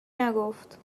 نگفت